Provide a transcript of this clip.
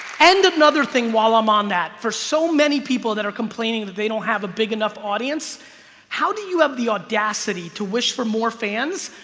and another thing while i'm on that for so many people that are complaining that they don't have a big enough audience how do you have the audacity to wish for more fans?